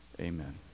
Amen